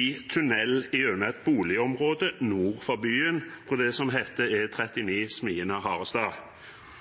i tunnel gjennom et boligområde nord for byen, den delen som heter